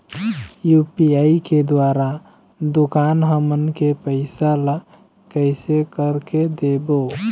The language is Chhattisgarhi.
यू.पी.आई के द्वारा दुकान हमन के पैसा ला कैसे कर के देबो?